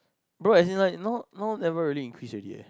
bro as in like now now never really increase already